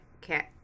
cat